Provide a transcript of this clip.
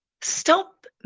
Stop